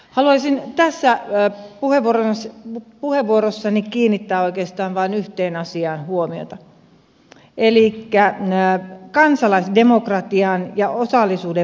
haluaisin tässä puheenvuorossani kiinnittää huomiota oikeastaan vain yhteen asiaan elikkä kansalaisdemokratiaan ja osallisuuden vahvistamiseen